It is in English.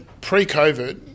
pre-COVID